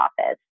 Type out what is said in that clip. office